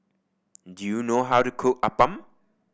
do you know how to cook appam